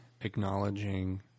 acknowledging